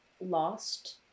lost